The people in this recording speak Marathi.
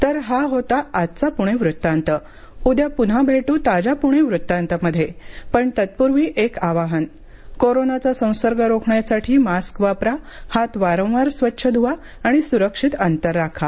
तर हा होता आजचा पुणे वृत्तांत उद्या पुन्हा भेट्र ताज्या पुणे वृत्तांत मध्ये पण तत्पूर्वी एक आवाहन कोरोनाचा संसर्ग रोखण्यासाठी मास्क वापरा हात वारंवार स्वच्छ धूवा आणि सुरक्षित अंतर राखा